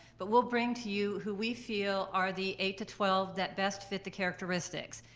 but we'll bring to you who we feel are the eight to twelve that best fit the characteristics.